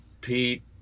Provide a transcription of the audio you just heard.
Pete